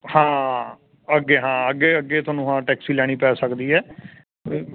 ਹਾਂ ਅੱਗੇ ਹਾਂ ਅੱਗੇ ਅੱਗੇ ਤੁਹਾਨੂੰ ਹਾਂ ਟੈਕਸੀ ਲੈਣੀ ਪੈ ਸਕਦੀ ਹੈ